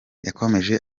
yakomeje